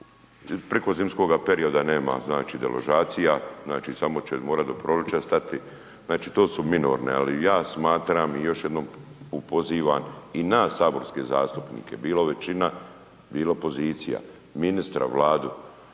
preko zimskoga perioda nema znači deložacija, znači samo će morati do proljeća stati, znači to su minorne. Ali ja smatram i još jednom pozivam i nas saborske zastupnike bilo većina, bilo opozicija, ministra, Vladu